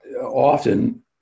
Often